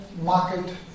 market